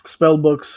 Spellbooks